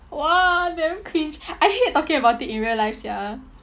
!wah! damn cringe I hate talking about it in real life sia